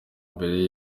mbere